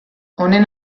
honen